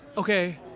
Okay